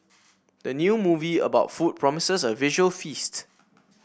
the new movie about food promises a visual feast